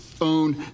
own